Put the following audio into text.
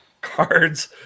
cards